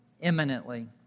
imminently